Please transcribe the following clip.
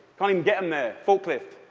can't even get them there. forklift.